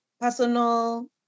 personal